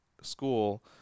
school